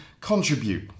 contribute